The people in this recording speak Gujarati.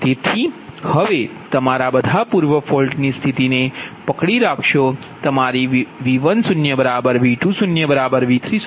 તેથી હવે તમારા બધા પૂર્વ ફોલ્ટની સ્થિતિને પકડી રાખશો તમારી V10V20V30V401